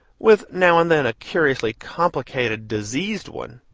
with now and then a curiously complected diseased one.